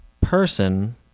person